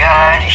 God